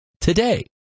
today